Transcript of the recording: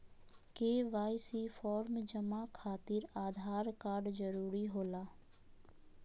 KYC form जमा खातिर Aadhaar card जरूरी होला?